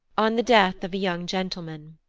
on the death of a young gentleman.